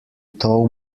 tow